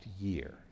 year